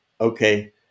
okay